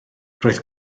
roedd